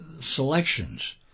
selections